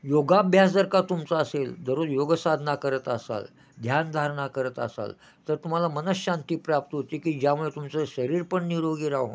योगाभ्यास जर का तुमचा असेल दररोज योगसाधना करत असाल ध्यानधारणा करत असाल तर तुम्हाला मन शांती प्राप्त होते की ज्यामुळे तुमचं शरीर पण निरोगी राहून